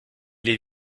les